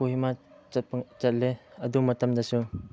ꯀꯣꯍꯤꯃꯥ ꯆꯠꯂꯦ ꯑꯗꯨ ꯃꯇꯝꯗꯁꯨ